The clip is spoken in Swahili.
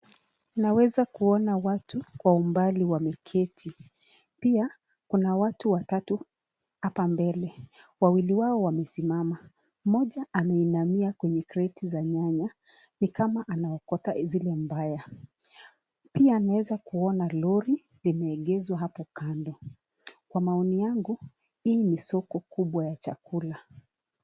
Naweza Kuna watu kwa umbali wameketi pia Kuna watu watatu hapa mbele wawili wao wamesimama, Mmoja ameinamia greti ya nyanya ni kama anaokota zile mbaya pia naweza kuona Lori limeegeshwa hapo kando, kwa maoni yangu hii ni soko kubwa ya chakula.